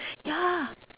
ya